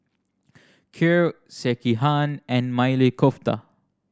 Kheer Sekihan and Maili Kofta